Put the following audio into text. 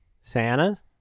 Santas